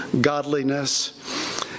godliness